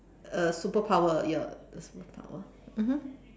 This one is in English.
a superpower your superpower mmhmm